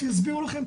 תיכף יסבירו לכם,